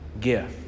gift